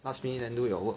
last minute then do your work